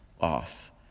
off